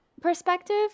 perspective